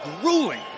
grueling